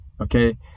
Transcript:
okay